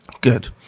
good